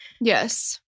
Yes